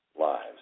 lives